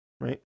right